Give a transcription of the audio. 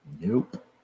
Nope